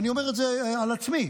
ואני אומר את זה על עצמי,